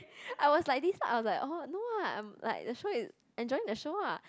I was like this I was like orh no ah I'm like the show is enjoying the show ah